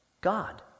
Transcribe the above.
God